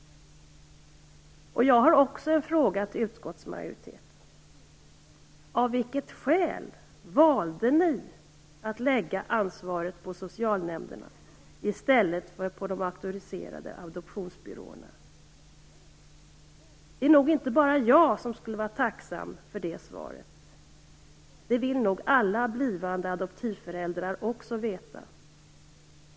Jag har också en fråga till utskottsmajoriteten. Av vilket skäl valde ni att lägga ansvaret på socialnämnderna i stället för på de auktoriserade adoptionsbyråerna? Det är nog inte bara jag som skulle vara tacksam för det svaret. Det vill nog alla blivande adoptivföräldrar också veta.